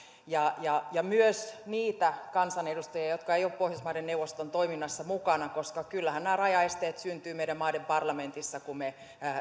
myös niitä kansanedustajia jotka eivät ole pohjoismaiden neuvoston toiminnassa mukana koska kyllähän nämä rajaesteet syntyvät meidän maiden parlamenteissa kun me